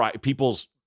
people's